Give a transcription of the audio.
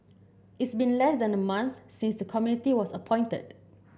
it's been less than a month since the committee was appointed